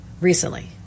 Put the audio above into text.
recently